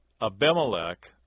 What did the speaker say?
Abimelech